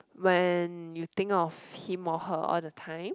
when you think off him or her all the time